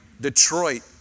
Detroit